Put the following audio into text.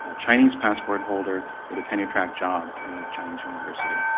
ah chinese passport holder in a tenure-track job in a chinese university,